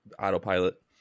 autopilot